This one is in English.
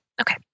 Okay